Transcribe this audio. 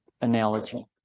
analogy